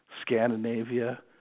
Scandinavia